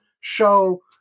show